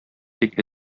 тик